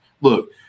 look